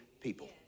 people